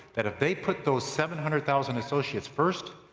that if they put those seven hundred thousand associates first,